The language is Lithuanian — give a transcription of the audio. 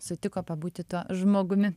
sutiko pabūti tuo žmogumi